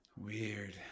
Weird